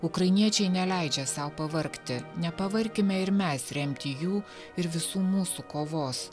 ukrainiečiai neleidžia sau pavargti nepavarkime ir mes remti jų ir visų mūsų kovos